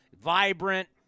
vibrant